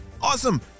Awesome